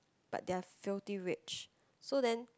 but they are filthy rich so then